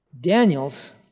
Daniels